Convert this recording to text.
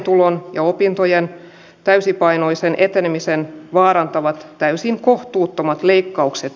tulon ja opintojen täysipainoiseen etenemiseen vaarantavat täysin kohtuuttomat leikkaukset